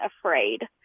afraid